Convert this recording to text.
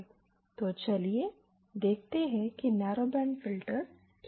तो चलिए देखते हैं की नैरोबैंड फिल्टर्स क्या है